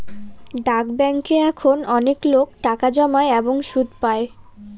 ডাক ব্যাঙ্কে এখন অনেকলোক টাকা জমায় এবং সুদ পাই